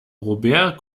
robert